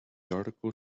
article